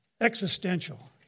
existential